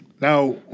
Now